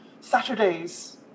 Saturdays